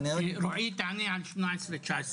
רועי תענה על 18', 19'